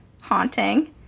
haunting